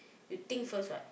you think first what